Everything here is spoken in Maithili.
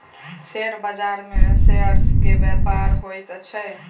शेयर बाजार में शेयर्स के व्यापार होइत अछि